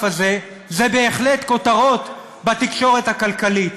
הזה זה בהחלט כותרות בתקשורת הכלכלית,